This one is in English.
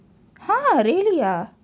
!huh! really ah